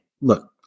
look